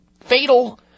fatal